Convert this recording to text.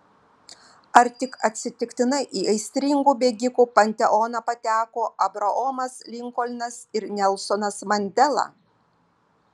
ar tik atsitiktinai į aistringų bėgikų panteoną pateko abraomas linkolnas ir nelsonas mandela